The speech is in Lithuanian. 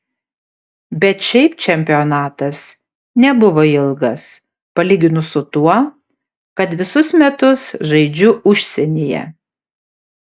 bet šiaip čempionatas nebuvo ilgas palyginus su tuo kad visus metus žaidžiu užsienyje